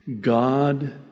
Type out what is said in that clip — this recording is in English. God